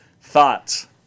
Thoughts